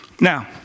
Now